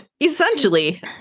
Essentially